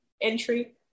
entry